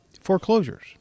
foreclosures